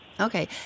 Okay